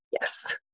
Yes